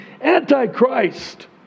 Antichrist